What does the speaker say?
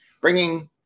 bringing